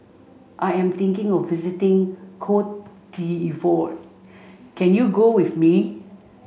I am thinking of visiting Cote d'Ivoire can you go with me